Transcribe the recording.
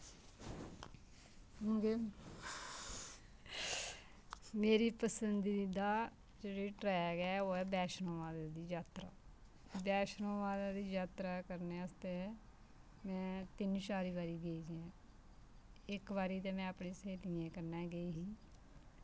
हून के मेरी पसंदी दा जेह्ड़ी ट्रैक ऐ ओह् ऐ बैश्णो माता दी जात्तरा बैश्णो माता दी जात्तरा करने आस्तै में तिन्न चारी वारी गेदी ऐं इक वारी ते में अपनी स्हेलियें कन्नै गेई ही